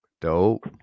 Dope